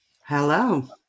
Hello